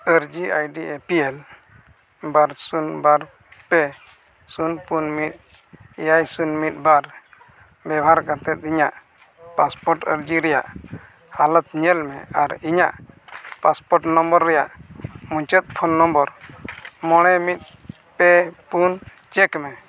ᱟᱨᱡᱤ ᱟᱭᱰᱤ ᱮ ᱯᱤ ᱮᱞ ᱵᱟᱨ ᱥᱩᱱ ᱵᱟᱨ ᱯᱮ ᱥᱩᱱ ᱯᱩᱱ ᱢᱤᱫ ᱮᱭᱟᱭ ᱱᱩᱱ ᱢᱤᱫ ᱵᱟᱨ ᱵᱮᱵᱷᱟᱨ ᱠᱟᱛᱮᱫ ᱤᱧᱟᱹᱜ ᱯᱟᱥᱯᱳᱨᱴ ᱟᱨᱡᱤ ᱨᱮᱭᱟᱜ ᱦᱟᱞᱚᱛ ᱧᱮᱞᱢᱮ ᱟᱨ ᱤᱧᱟᱹᱜ ᱯᱟᱥᱯᱳᱨᱴ ᱱᱚᱢᱵᱚᱨ ᱨᱮᱭᱟᱜ ᱢᱩᱪᱟᱹᱫ ᱯᱷᱳᱱ ᱱᱚᱢᱵᱚᱨ ᱢᱚᱬᱮ ᱢᱤᱫ ᱯᱮ ᱯᱩᱱ ᱪᱮᱠ ᱢᱮ